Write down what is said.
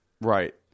Right